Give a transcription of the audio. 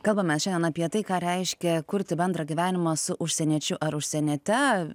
kalbamės šiandien apie tai ką reiškia kurti bendrą gyvenimą su užsieniečiu ar užsieniete